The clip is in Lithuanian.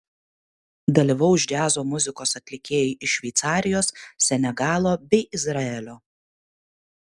dalyvaus džiazo muzikos atlikėjai iš šveicarijos senegalo bei izraelio